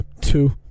Two